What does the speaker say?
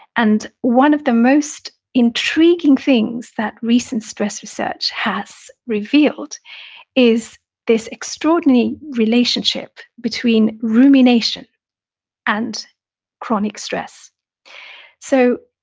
and one of the most intriguing things that recent stress research has revealed is this extraordinary relationship between rumination and chronic stress so,